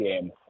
game